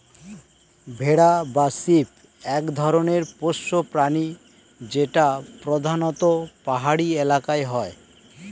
ভেড়া বা শিপ এক ধরনের পোষ্য প্রাণী যেটা প্রধানত পাহাড়ি এলাকায় হয়